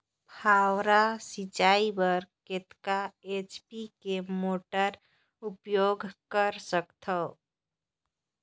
फव्वारा सिंचाई बर कतका एच.पी के मोटर उपयोग कर सकथव?